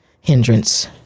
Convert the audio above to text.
hindrance